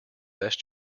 best